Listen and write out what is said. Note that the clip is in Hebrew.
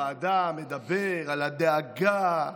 הוועדה מדבר על הדאגה לבריאות.